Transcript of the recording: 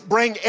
Bring